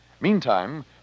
Meantime